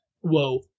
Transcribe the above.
Whoa